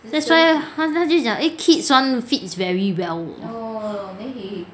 that's why 她就讲 eh kids [one] fit is very well